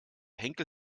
henkel